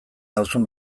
nauzun